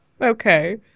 Okay